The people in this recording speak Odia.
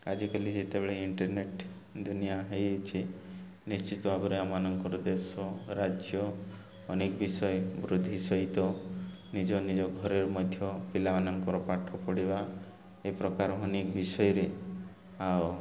ଆଜିକାଲି ଯେତେବେଳେ ଇଣ୍ଟରନେଟ୍ ଦୁନିଆ ହେଇଯାଇଛି ନିଶ୍ଚିତ ଭାବରେ ଆମମାନଙ୍କର ଦେଶ ରାଜ୍ୟ ଅନେକ ବିଷୟ ବୃଦ୍ଧି ସହିତ ନିଜ ନିଜ ଘରେ ମଧ୍ୟ ପିଲାମାନଙ୍କର ପାଠ ପଢ଼ିବା ଏ ପ୍ରକାର ଅନେକ ବିଷୟରେ ଆଉ